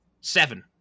Seven